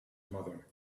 mother